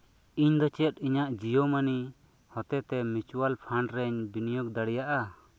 ᱤᱧ ᱫᱚ ᱪᱮᱫ ᱤᱧᱟᱹᱜ ᱡᱤᱭᱳ ᱢᱟᱹᱱᱤ ᱦᱚᱛᱮᱛᱮ ᱢᱤᱪᱩᱭᱮᱞ ᱯᱷᱟᱱᱰ ᱨᱮᱧ ᱵᱤᱱᱤᱭᱳᱜ ᱫᱟᱲᱮᱭᱟᱜᱼᱟ